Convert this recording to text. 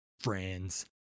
Friends